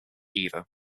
either